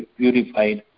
purified